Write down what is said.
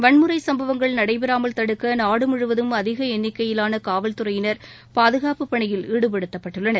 வன்முறை சம்பவங்கள் நடைபெறாமல் தடுக்க நாடு முழுவதும் அதிக எண்ணிக்கையிலான காவல் துறையினர் பாதுகாப்பு பணியில் ஈடுபடுத்தப்பட்டுள்ளனர்